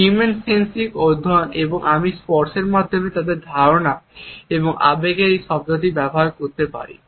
human sensing অধ্যয়ন এবং যদি আমি স্পর্শের মাধ্যমে তাদের ধারণা এবং আবেগের এই শব্দটি ব্যবহার করতে পারি